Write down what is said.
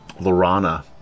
Lorana